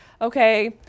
okay